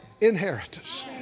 inheritance